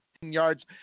yards